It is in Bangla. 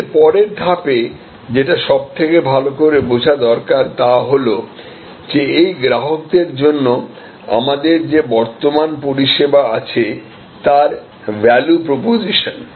এর পরের ধাপে যেটা সবথেকে ভালো করে বোঝা দরকার তা হল যে এই গ্রাহকদের জন্য আমাদের যে বর্তমান পরিষেবা আছে তার ভ্যালু প্রপোজিশন